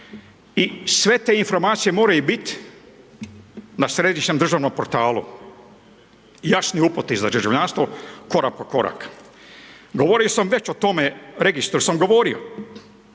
i sve te informacije moraju biti na Središnjem državnom portalu, jasni uputi za državljanstvo, korak po korak. Govorio sam već o tome, registru sam govorio